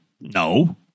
No